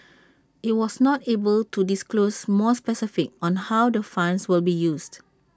IT was not able to disclose more specifics on how the fund will be used